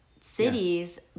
cities